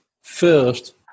first